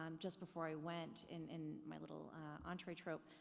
um just before i went in in my little entree trope,